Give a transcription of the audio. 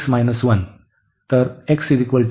तर x 1